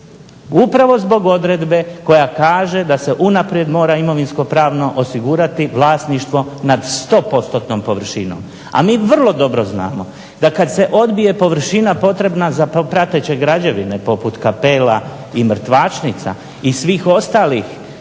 Upravo zbog odredbe koja kaže da se unaprijed mora imovinsko-pravno osigurati vlasništvo nad 100%-tnom površinom. A mi vrlo dobro znamo da kada se odbije površina potrebna za prateće građevine poput kapela i mrtvačnica i svih ostalih